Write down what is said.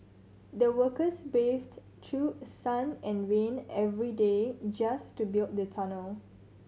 the workers braved through sun and rain every day just to build the tunnel